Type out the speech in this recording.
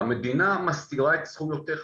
המדינה מסתירה את זכויותיך.